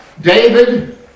David